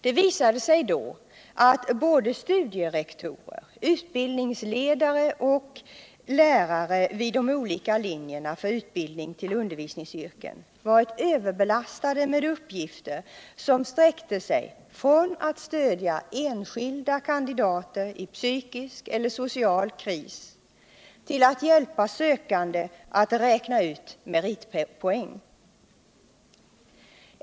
Det visade sig då att både studierektorer, utbildningsledare och lärare vid de olika linjerna för utbildning till undervisningsyrken varit överbelastade med uppgifter som sträckt sig från att stödja enskilda kandidater i psykisk eller social kris vill att hjälpa sökande att räkna och forskning ut meritpoäng.